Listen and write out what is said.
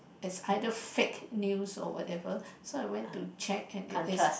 is either fake news or whatever so I went to check and it is